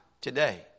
today